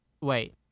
wait